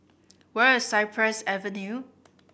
where is Cypress Avenue